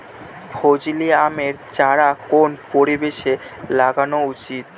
ফজলি আমের চারা কোন পরিবেশে লাগানো উচিৎ?